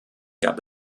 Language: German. gab